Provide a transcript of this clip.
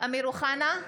אמיר אוחנה,